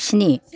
स्नि